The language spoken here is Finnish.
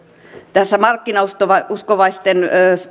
tässä markkinauskovaisten